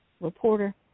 reporter